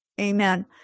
amen